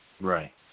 Right